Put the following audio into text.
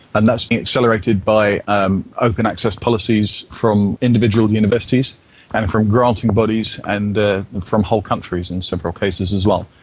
and that's been accelerated by um open access policies from individual universities and from granting bodies and from whole countries in several cases as well.